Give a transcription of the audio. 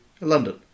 london